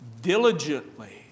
diligently